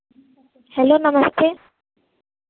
hello नमस्ते